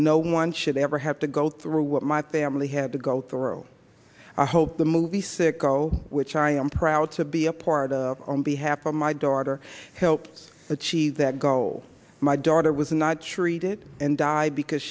no one should ever have to go through what my family had to go thorough i hope the movie sicko which i am proud to be a part of be happy my daughter help achieve that goal my daughter was not treated and died because